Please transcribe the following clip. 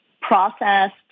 processed